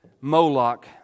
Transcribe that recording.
Moloch